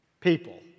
people